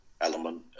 element